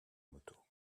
motos